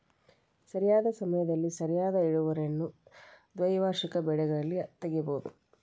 ಸರಿಯಾದ ಸಮಯದಲ್ಲಿ ಸರಿಯಾದ ಇಳುವರಿಯನ್ನು ದ್ವೈವಾರ್ಷಿಕ ಬೆಳೆಗಳಲ್ಲಿ ತಗಿಬಹುದು